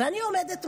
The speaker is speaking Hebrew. ואני עומדת מולה,